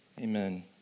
Amen